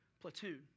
platoon